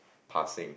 passing